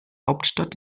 hauptstadt